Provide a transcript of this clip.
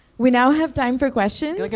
we now have time for questions. like